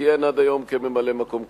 שכיהן עד היום כממלא-מקום קבוע.